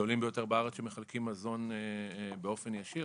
הגדולים ביותר בארץ שמחלקים מזון באופן ישיר,